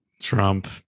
trump